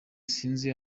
sinzi